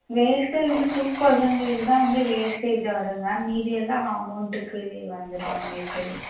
wastage two percentage தான் வந்து wastage வருங்க மேம் மீதி எல்லா அமௌண்ட்டுக்கு வந்துரும் உங்களுக்கு